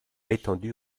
étendus